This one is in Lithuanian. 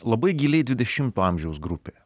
labai giliai dvidešimto amžiaus grupė